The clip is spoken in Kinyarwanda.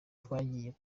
twagiye